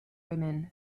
women